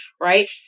right